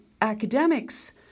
academics